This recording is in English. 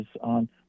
on